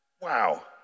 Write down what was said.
Wow